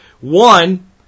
One